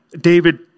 David